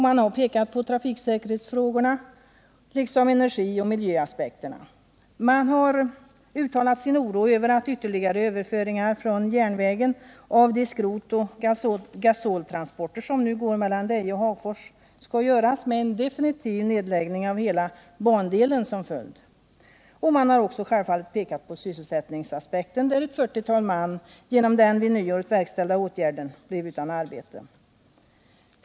Man har pekat på trafiksäkerhetsfrågorna liksom på energioch miljöaspekterna. Man har vidare uttalat sin oro för att överföringar från järnvägen av de skrotoch gasoltransporter som nu går mellan Deje och Hagfors skall göras, med en definitiv nedläggning av hela bandelen som följd. Man har också självfallet pekat på sysselsättningsaspekten — genom den vid nyåret verkställda åtgärden blev ett fyrtiotal man utan arbete.